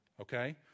okay